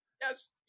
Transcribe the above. Yes